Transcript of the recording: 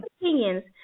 opinions